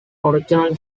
original